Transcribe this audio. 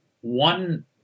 one